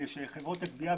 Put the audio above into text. העמדה גורסת שחברות הגבייה,